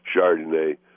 Chardonnay